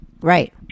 Right